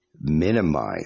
minimize